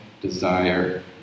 desire